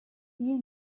you